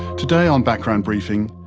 today on background briefing,